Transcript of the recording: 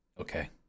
okay